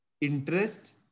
interest